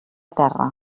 terra